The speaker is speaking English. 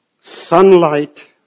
Sunlight